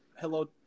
hello